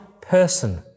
person